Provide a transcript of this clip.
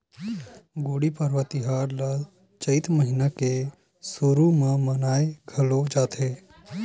गुड़ी पड़वा तिहार ल चइत महिना के सुरू म मनाए घलोक जाथे